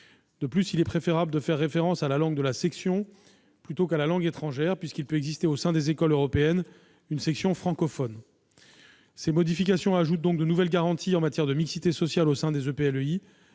De plus, il est préférable de faire référence à la langue de la section, plutôt qu'à la langue étrangère, puisqu'il peut exister, au sein des écoles européennes, une section francophone. Ces modifications ajoutent de nouvelles garanties en matière de mixité sociale au sein des EPLEI,